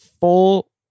full